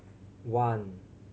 one